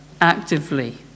actively